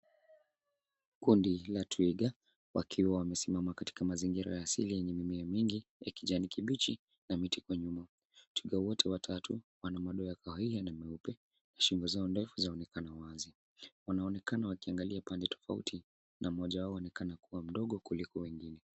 Kundi la twiga wakiwa wamesimama katika mazingira ya asili yenye mimea mingi ya kijani kibichi na miti kwa nyuma. Twiga wote watatu wana madoa ya kahawia na meupe .Shingo zao ndefu zaonekana wazi. Wanaonekana wakiangalia pande tofauti na mmoja wao aonekana kuwa mdogo kuliko wengine.